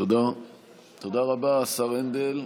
תודה רבה, השר הנדל,